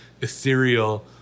ethereal